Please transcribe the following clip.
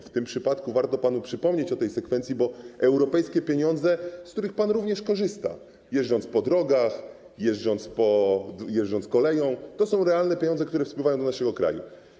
W tym przypadku warto panu przypomnieć tę sekwencję, bo europejskie pieniądze, z których pan również korzysta, jeżdżąc po drogach, jeżdżąc koleją, to są realne pieniądze, które spływają do naszego kraju.